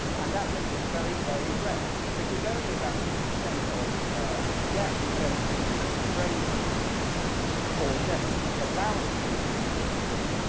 and that makes it very, very rare because only about two percent of deaths are going to be brain damage deaths or deaths that would allow a still-beating donor.